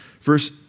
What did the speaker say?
Verse